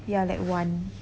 ya like one